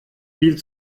viel